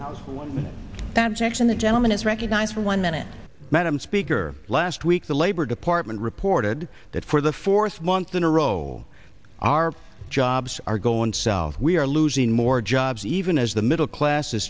es that jackson the gentleman is recognized for one minute madam speaker last week the labor department reported that for the fourth month in a row our jobs are going south we are losing more jobs even as the middle class is